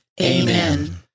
Amen